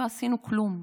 לא עשינו כלום.